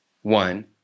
One